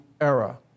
era